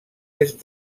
est